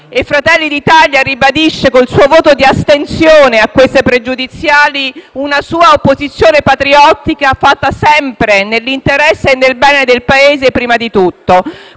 Fratelli d'Italia ribadisce, con il suo voto di astensione alle pregiudiziali presentate, una sua opposizione patriottica, fatta sempre nell'interesse e nel bene del Paese prima di tutto.